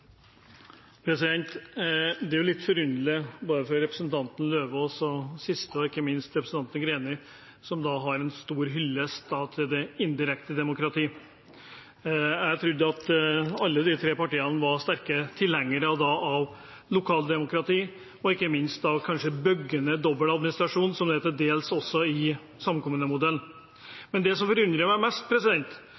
jo litt forunderlig å høre både fra representanten Lauvås og sist, men ikke minst representanten Greni, som har en stor hyllest til det indirekte demokrati. Jeg trodde at alle de tre partiene var sterke tilhengere av lokaldemokrati og kanskje ikke minst av å bygge ned dobbel administrasjon, som det er til dels også i samkommunemodellen.